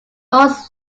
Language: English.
north